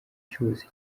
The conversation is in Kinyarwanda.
cyose